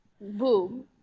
Boom